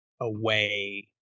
away